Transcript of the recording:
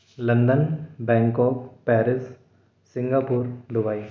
London Bangkok Paris Singapore Dubai